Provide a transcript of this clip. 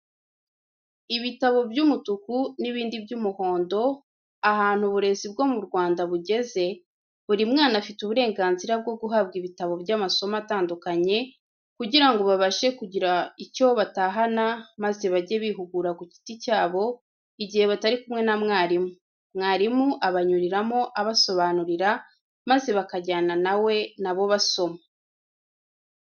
Ibitabo by'umutuku n'ibindi by'umuhondo, ahantu uburezi bwo mu Rwanda bugeze buri mwana afite uburenganzira bwo guhabwa ibitabo by'amasomo atandukanye kugira ngo babashe kugira icyo batahana maze bajye bihugura ku giti cyabo igihe batari kumwe na mwarimu, mwarimu abanyuriramo abasobanurira maze bakajyana na we na bo basoma.